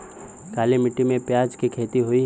काली माटी में प्याज के खेती होई?